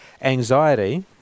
anxiety